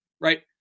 right